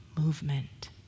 movement